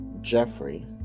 Jeffrey